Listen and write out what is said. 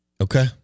Okay